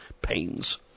pains